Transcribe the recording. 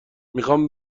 میخام